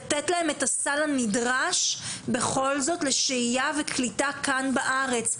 זאת לתת להם את הסל הנדרש לשהייה וקליטה כאן בארץ,